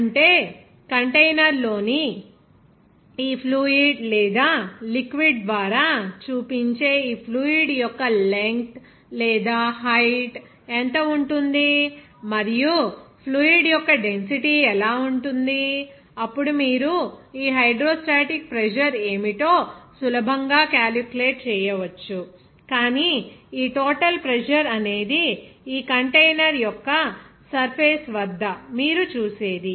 అంటే కంటైనర్లోని ఈ ఫ్లూయిడ్ లేదా లిక్విడ్ ద్వారా చూపించే ఈ ఫ్లూయిడ్ యొక్క లెంగ్త్ లేదా హైట్ ఎంత ఉంటుంది మరియు ఫ్లూయిడ్ యొక్క డెన్సిటీ ఎలా ఉంటుంది అప్పుడు మీరు హైడ్రోస్టాటిక్ ప్రెజర్ ఏమిటో సులభంగా క్యాలిక్యులేట్ చేయవచ్చు కానీ ఈ టోటల్ ప్రెజర్ అనేది ఈ కంటైనర్ యొక్క సర్ఫేస్ వద్ద మీరు చూసేది